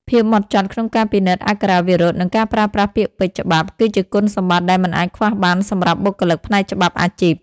ភាពហ្មត់ចត់ក្នុងការពិនិត្យអក្ខរាវិរុទ្ធ និងការប្រើប្រាស់ពាក្យពេចន៍ច្បាប់ គឺជាគុណសម្បត្តិដែលមិនអាចខ្វះបានសម្រាប់បុគ្គលិកផ្នែកច្បាប់អាជីព។